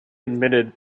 admitted